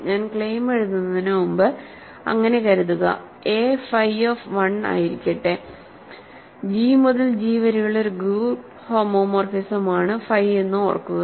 ഞാൻ ക്ലെയിം എഴുതുന്നതിനുമുമ്പ് അങ്ങനെ കരുതുക എ ഫൈ ഓഫ് 1 ആയിരിക്കട്ടെ ജി മുതൽ ജി വരെയുള്ള ഒരു ഗ്രൂപ്പ് ഹോമോമോർഫിസമാണ് ഫൈ എന്ന് ഓർക്കുക